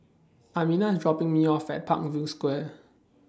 Amina IS dropping Me off At Parkview Square